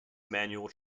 manual